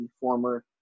former